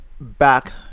back